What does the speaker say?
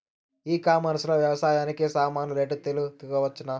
ఈ కామర్స్ లో వ్యవసాయానికి సామాన్లు రేట్లు తెలుసుకోవచ్చునా?